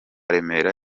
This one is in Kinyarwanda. remera